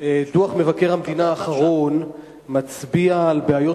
דוח מבקר המדינה האחרון מצביע על בעיות